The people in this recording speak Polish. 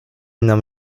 nam